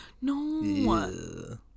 No